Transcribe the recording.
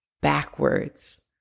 backwards